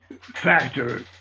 factor